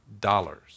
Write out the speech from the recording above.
dollars